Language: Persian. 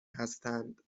هستند